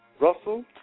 Russell